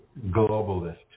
globalist